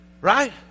right